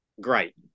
Great